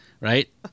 right